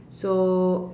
so